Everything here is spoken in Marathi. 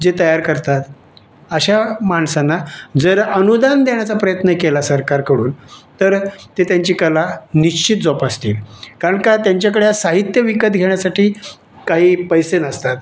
जे तयार करतात अशा माणसांना जर अनुदान देण्याचा प्रयत्न केला सरकारकडून तर ते त्यांची कला निश्चित जोपासतील कारण का त्यांच्याकडे आज साहित्य विकत घेण्यासाठी काही पैसे नसतात